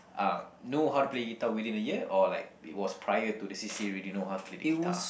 uh know how to play guitar within a year or like it was prior to the c_c_a already know how to play the guitar